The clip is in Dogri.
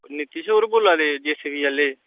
नीतिश होर बोल्ला दे जेसीबी आह्ले